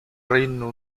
reino